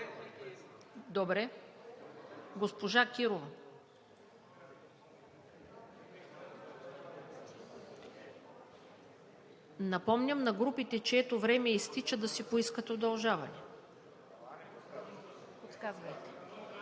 Добре. Госпожа Кирова. Напомням на групите, чието време изтича, да си поискат удължаване. РОСИЦА